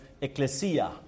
ecclesia